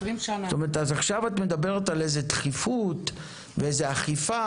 זאת אומרת אז עכשיו את מדברת על איזה דחיפות ואיזה אכיפה